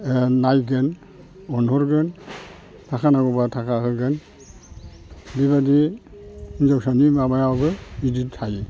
नायगोन अनहरगोन थाखा नांगौब्ला थाखा होगोन बेबादि हिनजावसानि माबायाबो बिदि थायो